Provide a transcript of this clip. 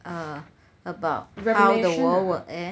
err about how the world will end